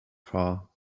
far